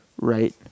Right